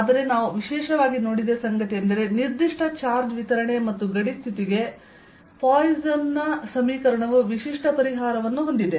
ಆದರೆ ನಾವು ವಿಶೇಷವಾಗಿ ನೋಡಿದ ಸಂಗತಿಯೆಂದರೆ ನಿರ್ದಿಷ್ಟ ಚಾರ್ಜ್ ವಿತರಣೆ ಮತ್ತು ಗಡಿ ಸ್ಥಿತಿಗೆ ಪಾಯ್ಸನ್ನ ಸಮೀಕರಣವು ವಿಶಿಷ್ಟ ಪರಿಹಾರವನ್ನು ಹೊಂದಿದೆ